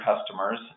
customers